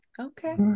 Okay